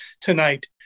tonight